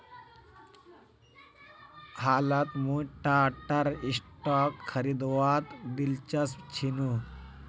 हालत मुई टाटार स्टॉक खरीदवात दिलचस्प छिनु